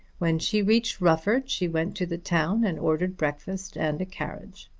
when she reached rufford she went to the town and ordered breakfast and a carriage.